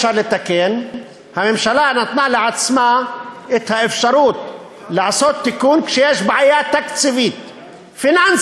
הממשלה נתנה לעצמה את האפשרות לעשות תיקון כשיש בעיה תקציבית-פיננסית.